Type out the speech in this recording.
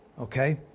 okay